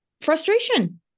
frustration